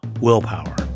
Willpower